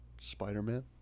Spider-Man